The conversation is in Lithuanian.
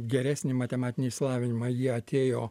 geresnį matematinį išsilavinimą jie atėjo